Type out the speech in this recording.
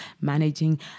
managing